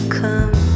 come